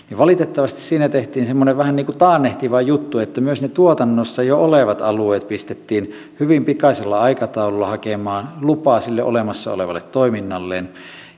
niin valitettavasti siinä tehtiin semmoinen vähän niin kuin taannehtiva juttu että myös ne tuotannossa jo olevat alueet pistettiin hyvin pikaisella aikataululla hakemaan lupa sille olemassa olevalle toiminnalleen